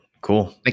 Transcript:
Cool